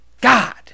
God